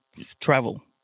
travel